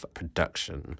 production